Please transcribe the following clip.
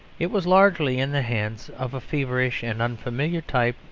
it was largely in the hands of a feverish and unfamiliar type,